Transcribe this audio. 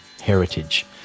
heritage